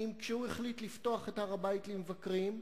כשהוא החליט לפתוח את הר-הבית למבקרים,